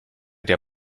der